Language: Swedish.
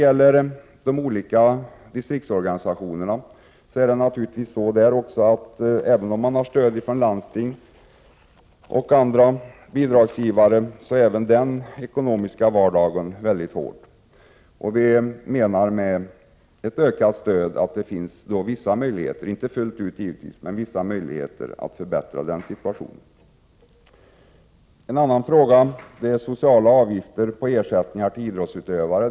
Även om distriktsorganisationerna får stöd från landsting och andra bidragsgivare, är naturligtvis deras ekonomiska vardag hård. Med ett ökat stöd finns vissa möjligheter att förbättra situationen, om än inte fullt ut. En annan fråga gäller sociala avgifter och ersättningar till idrottsutövare.